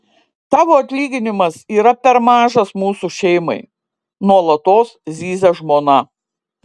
tavo atlyginimas yra per mažas mūsų šeimai nuolatos zyzia žmona